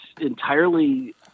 entirely